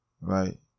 right